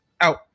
out